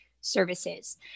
services